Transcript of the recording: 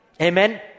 Amen